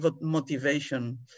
motivation